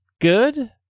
good